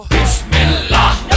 Bismillah